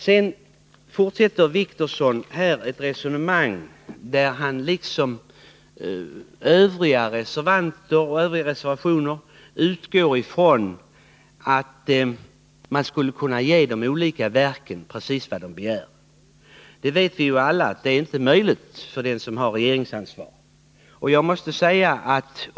Sedan fortsätter Åke Wictorsson med ett resonemang där han i likhet med Övriga reservanter utgår ifrån att man skulle kunna ge de olika verken precis vad de begär. Vi vet alla att det inte är möjligt för dem som har regeringsansvaret att förverkliga detta.